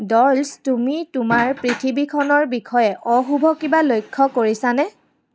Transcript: doll's তুমি তোমাৰ পৃথিৱীখনৰ বিষয়ে অশুভ কিবা লক্ষ্য কৰিছানে